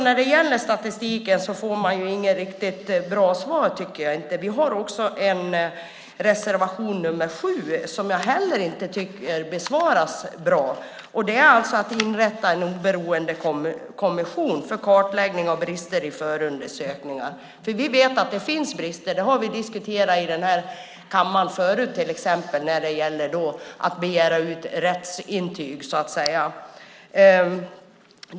När det gäller statistiken får jag inget riktigt bra svar, tycker jag. Vi har också en reservation nr 7 som jag heller inte tycker besvaras bra. Det handlar om att inrätta en oberoende kommission för kartläggning av brister i förundersökningar. Vi vet att det finns brister. Det har vi diskuterat i den här kammaren förut, till exempel när det gäller att begära ut rättsintyg.